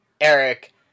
Eric